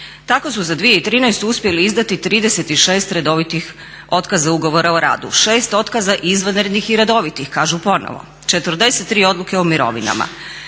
Tako su za 2013. uspjeli izdati 36 redovitih otkaza ugovora o radu, 6 otkaza izvanrednih i redovitih kažu ponovo, 43 odluke o mirovinama.